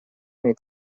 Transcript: nei